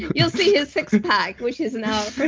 you'll see his six pack, which is now